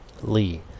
Lee